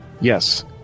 Yes